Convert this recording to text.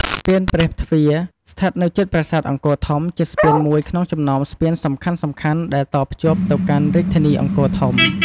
ស្ពានព្រះទ្វារ ស្ថិតនៅជិតប្រាសាទអង្គរធំ ជាស្ពានមួយក្នុងចំណោមស្ពានសំខាន់ៗដែលតភ្ជាប់ទៅកាន់រាជធានីអង្គរធំ។